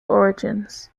origins